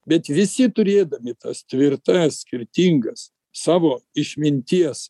bet visi turėdami tas tvirtas skirtingas savo išminties